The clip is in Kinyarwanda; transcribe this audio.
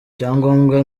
icyangombwa